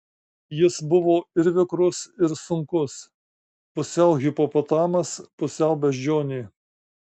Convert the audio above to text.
jis buvo ir vikrus ir sunkus pusiau hipopotamas pusiau beždžionė